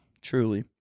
truly